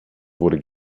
wurde